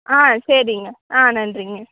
ஆ சரிங்க ஆ நன்றிங்க